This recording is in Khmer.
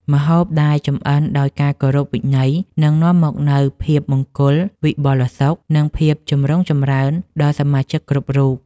ម្ហូបដែលចម្អិនដោយការគោរពវិន័យនឹងនាំមកនូវភាពមង្គលវិបុលសុខ និងភាពចម្រុងចម្រើនដល់សមាជិកគ្រប់រូប។